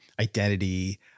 identity